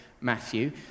Matthew